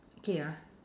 okay ah